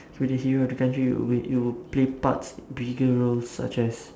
you be the hero of the country you would you would play parts bigger roles such as